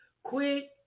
Quick